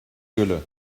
gülle